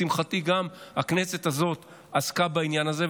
לשמחתי גם הכנסת הזאת עסקה בעניין הזה,